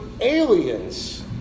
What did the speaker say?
aliens